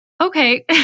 okay